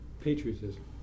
patriotism